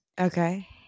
Okay